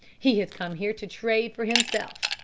he has come here to trade for himself.